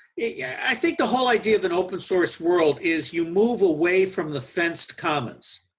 yeah i think the whole idea of an open source world is you move away from the fenced commons.